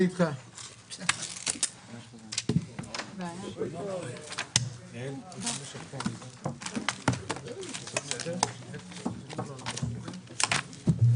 ננעלה בשעה 15:55.